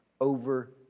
over